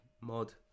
mod